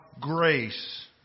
grace